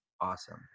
awesome